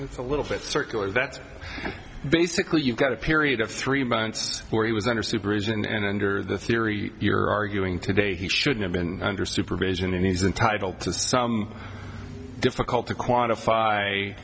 it's a little bit circular that's basically you got a period of three months where he was under supervision and under the theory you're arguing today he should have been under supervision and he's entitled to some difficult to quantify